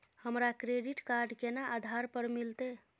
हमरा credit card केना आधार पर मिलते?